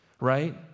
right